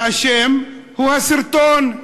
האשם הוא הסרטון.